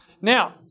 Now